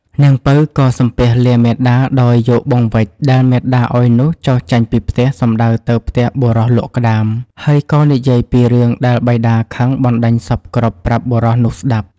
នាងពៅក៏សំពះលាមាតាដោយយកបង្វេចដែលមាតាឲ្យនោះចុះចេញពីផ្ទះសំដៅទៅផ្ទះបុរសលក់ក្ដាម ហើយក៏និយាយពីរឿងដែលបិតាខឹងបណ្ដេញសព្វគ្រប់ប្រាប់បុរសនោះស្តាប់។